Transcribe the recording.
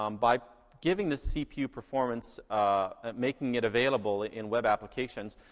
um by giving the cpu performance making it available in web applications,